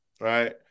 right